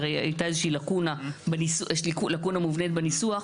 הרי הייתה איזה שהיא לקונה, לקונה מובנית בניסוח.